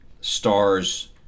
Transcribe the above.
stars